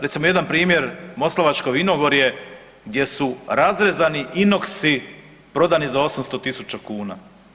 Recimo jedan primjer Moslavačko vinogorje gdje su razrezani inoksi prodani za 800.000 kuna.